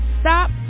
Stop